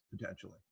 potentially